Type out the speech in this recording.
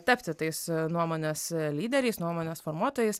tapti tais nuomonės lyderiais nuomonės formuotojais